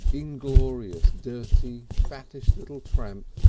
inglorious, dirty, fattish little tramp,